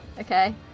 okay